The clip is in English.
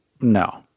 no